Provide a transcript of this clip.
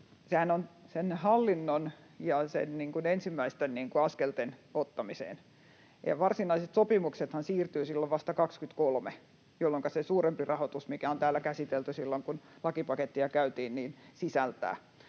Sehän on sen hallinnon ensimmäisten askelten ottamiseen, ja varsinaiset sopimuksethan siirtyvät vasta silloin 23, minkä se suurempi rahoitus, mikä on täällä käsitelty silloin kun lakipakettia käytiin, sisältää.